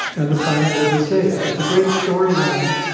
and the planet will be saved. it's a great storyline,